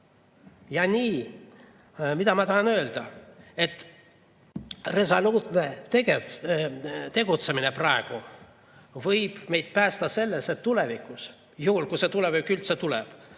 ära. Mida ma tahan öelda? Resoluutne tegutsemine praegu võib meid päästa sellest, et tulevikus – juhul, kui see tulevik üldse tuleb